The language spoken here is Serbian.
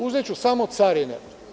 Uzeću samo carine.